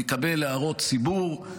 נקבל הערות ציבור,